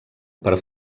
per